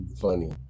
funny